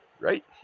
right